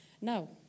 Now